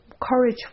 Courage